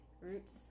Roots